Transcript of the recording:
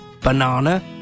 banana